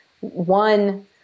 one